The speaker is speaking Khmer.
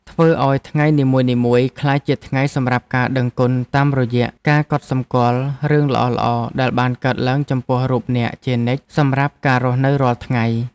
ធ្វើឱ្យថ្ងៃនីមួយៗក្លាយជាថ្ងៃសម្រាប់ការដឹងគុណតាមរយៈការកត់សម្គាល់រឿងល្អៗដែលបានកើតឡើងចំពោះរូបអ្នកជានិច្ចសម្រាប់ការរស់នៅរាល់ថ្ងៃ។